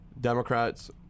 Democrats